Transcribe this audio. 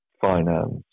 finance